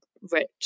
rich